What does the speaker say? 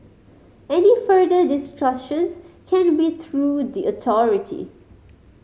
any further discussions can be through the authorities